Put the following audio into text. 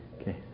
Okay